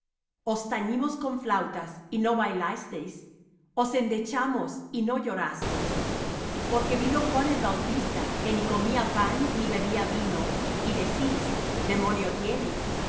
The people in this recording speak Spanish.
os tañimos con flautas y no bailasteis os endechamos y no llorasteis porque vino juan el bautista que ni comía pan ni bebía vino y decís demonio tiene